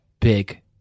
Big